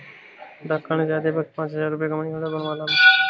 डाकखाने से आते वक्त पाँच हजार रुपयों का मनी आर्डर बनवा लाना